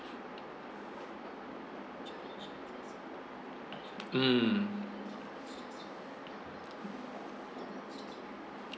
mm